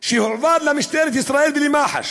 שהועבר למשטרת ישראל ולמח"ש